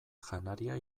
janaria